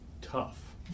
tough